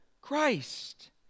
Christ